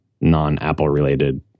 non-Apple-related